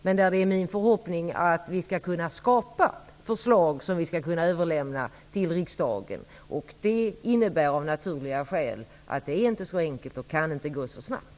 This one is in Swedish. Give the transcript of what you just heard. Det är i de fallen min förhoppning att vi skall kunna skapa förslag att överlämna till riksdagen. Men det är av naturliga skäl inte så enkelt och kan inte gå så snabbt.